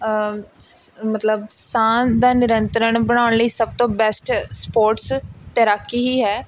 ਸ ਮਤਲਬ ਸਾਹ ਦਾ ਨਿਰੰਤਰਣ ਬਣਾਉਣ ਲਈ ਸਭ ਤੋਂ ਬੇਸਟ ਸਪੋਟਸ ਤੈਰਾਕੀ ਹੀ ਹੈ